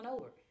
over